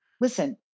listen